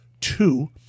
two